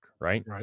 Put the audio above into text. right